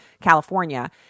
California